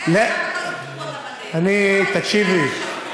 מה עשו עם הנתונים